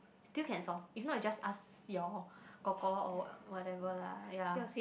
still can solve if not you just ask your kor kor or whatever lah ya